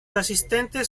asistentes